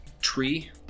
tree